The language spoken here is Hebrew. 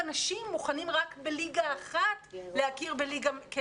אצל הנשים מוכנים להכיר רק בליגה אחת כליגה